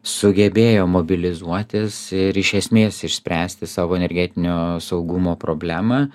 sugebėjo mobilizuotis ir iš esmės išspręsti savo energetinio saugumo problemą